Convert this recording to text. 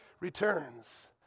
returns